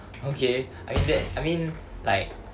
okay I mean that I mean like